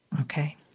Okay